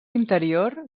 interior